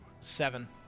seven